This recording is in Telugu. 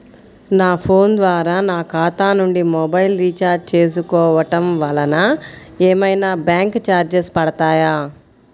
నా ఫోన్ ద్వారా నా ఖాతా నుండి మొబైల్ రీఛార్జ్ చేసుకోవటం వలన ఏమైనా బ్యాంకు చార్జెస్ పడతాయా?